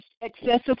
excessive